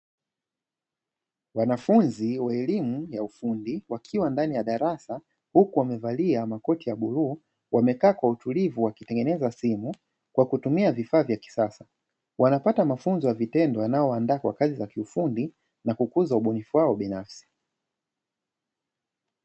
wanafunzi wa elimu ya ufundi wakiwa ndani ya darasa huku wamevalia makoti ya bluu wamekaa kwa utulivu wakitengeneza simu kwa kutumia vifaa vya kisasa, wanapata mafunzo ya vitendo yanayowaandaa kwa kazi za kiufundi na kukuza ubunifu wao binafsi.